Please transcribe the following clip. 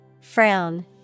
Frown